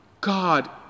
God